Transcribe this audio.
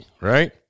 right